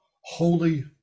holy